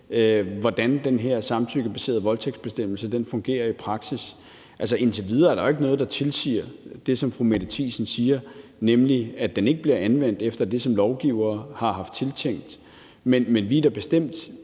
hvordan den her samtykkebaserede voldtægtsbestemmelse fungerer i praksis. Indtil videre er der jo ikke noget, der tilsiger det, som fru Mette Thiesen siger, nemlig at den ikke bliver anvendt efter det, som lovgivere har haft tiltænkt. Jeg vil bestemt